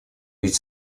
ведь